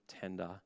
tender